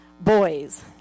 boys